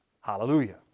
Hallelujah